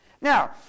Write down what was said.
Now